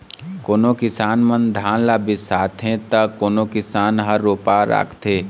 कोनो किसान मन धान ल बियासथे त कोनो किसान ह रोपा राखथे